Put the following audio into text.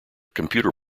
computer